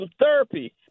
therapy